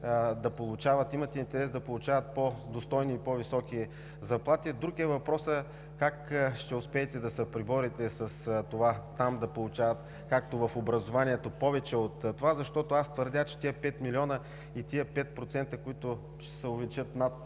да получават, имате интерес да получават по-достойни и по-високи заплати. Друг е въпросът как ще успеете да се преборите с това там да получават, както в образованието, повече от това. Защото аз твърдя, че тези пет милиона и тези 5%, с които ще се увеличат над